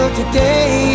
today